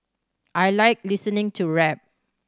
I like listening to rap